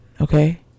okay